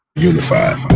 unified